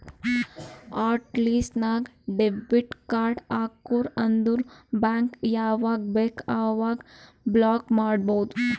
hot list ನಾಗ್ debit card ಹಾಕುರ್ ಅಂದುರ್ ಬ್ಯಾಂಕ್ ಯಾವಾಗ ಬೇಕ್ ಅವಾಗ ಬ್ಲಾಕ್ ಮಾಡ್ಬೋದು